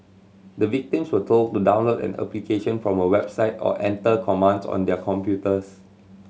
the victims were told to download an application from a website or enter commands on their computers